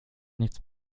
nichts